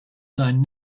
seinen